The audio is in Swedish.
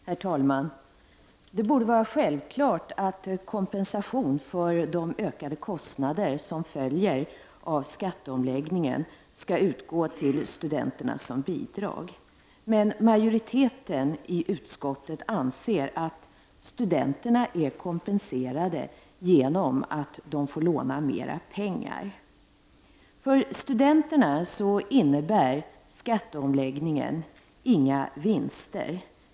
Herr talman! Det borde vara självklart att kompensation för de ökade kostnader som följer av skatteomläggningen skall utgå till studenterna som bidrag, men majoriteten i utskottet anser att studenterna är kompenserade genom att de får låna mera pengar. För studenterna innebär skatteomläggningen inga vinster.